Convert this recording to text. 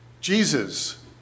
Jesus